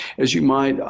as you might,